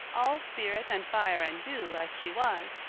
all spirit and fire and dew, as she was,